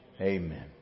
Amen